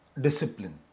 discipline